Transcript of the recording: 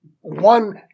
one